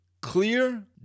clear